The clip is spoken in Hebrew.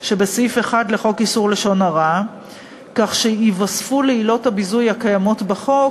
שבסעיף 1 לחוק איסור לשון הרע כך שתתווסף לעילות הביזוי הקיימות בחוק